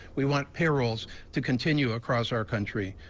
we want payrolls to continue across our country.